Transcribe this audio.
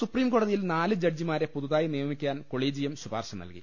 സുപ്രീംകോടതിയിൽ നാല് ജഡ്ജിമാരെ പുതുതായി നിയമി ക്കാൻ കൊളീജിയം ശ്രുപാർശ് നൽകി